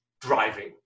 driving